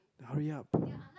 hurry up